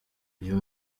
uyu